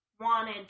wanted